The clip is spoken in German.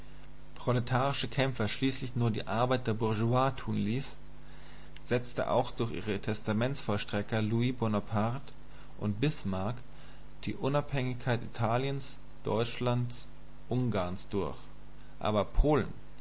proletarische kämpfer schließlich nur die arbeit der bourgeoisie tun ließ setzte auch durch ihre testamentsvollstrecker louis bonaparte und bismarck die unabhängigkeit italiens deutschlands ungarns durch aber polen